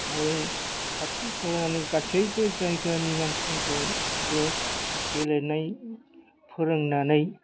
आरो खाथि खालानि गासैबो जायगानि मानसिफोरखौबो गेलेनाय फोरोंनानै